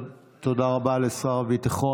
תודה רבה לשר הביטחון.